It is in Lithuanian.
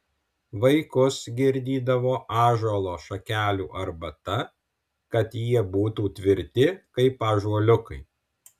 vaikus girdydavo ąžuolo šakelių arbata kad jie būtų tvirti kaip ąžuoliukai